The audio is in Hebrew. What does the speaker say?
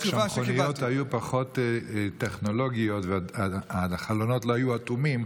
כשמכוניות היו פחות טכנולוגיות והחלונות לא היו אטומים,